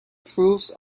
proofs